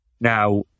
Now